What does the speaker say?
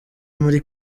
muri